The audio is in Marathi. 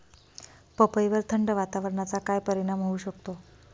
पपईवर थंड वातावरणाचा काय परिणाम होऊ शकतो?